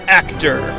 actor